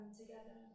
together